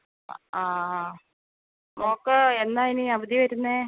ആ മോൾക്ക് എന്നാണ് ഇനി അവധി വരുന്നത്